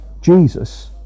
Jesus